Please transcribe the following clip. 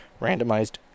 randomized